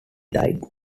died